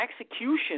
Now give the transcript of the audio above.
execution